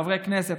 חברי כנסת,